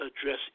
address